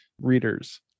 readers